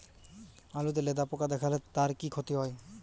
আলুতে লেদা পোকা দেখালে তার কি ক্ষতি হয়?